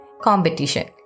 competition